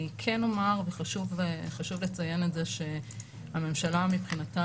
אני כן אומר וחשוב לציין את זה שהממשלה מבחינתה,